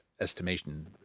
estimation